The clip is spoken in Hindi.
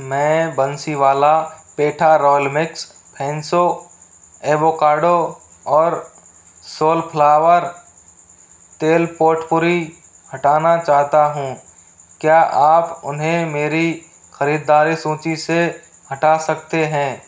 मैं बंसीवाला पेठा रॉयल मिक्स फेंसो एवोकाडो और सोलफ्लावर तेल पोटपूरी हटाना चाहता हूँ क्या आप उन्हें मेरी खरीददारी सूची से हटा सकते हैं